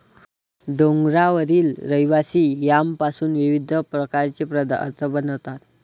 डोंगरावरील रहिवासी यामपासून विविध प्रकारचे पदार्थ बनवतात